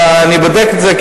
ואני בודק את זה,